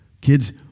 Kids